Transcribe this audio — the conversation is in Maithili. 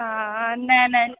हँ नहि नहि